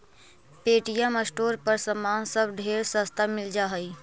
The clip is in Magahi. पे.टी.एम स्टोर पर समान सब ढेर सस्ता मिल जा हई